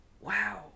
wow